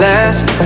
Last